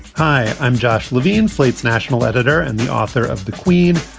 hi, i'm josh levine, slate's national editor and the author of the queen,